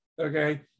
okay